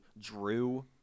Drew